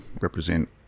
represent